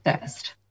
first